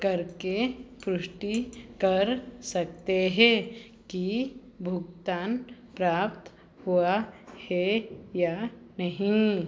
करके पुष्टि कर सकते हें कि भुगतान प्राप्त हुआ है या नहीं